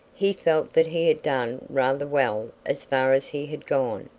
he felt that he had done rather well as far as he had gone,